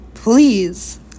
Please